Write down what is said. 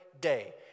day